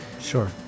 Sure